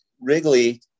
Wrigley